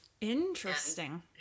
Interesting